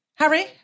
Harry